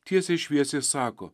tiesiai šviesiai sako